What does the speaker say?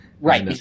Right